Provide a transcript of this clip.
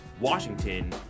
Washington